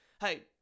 hey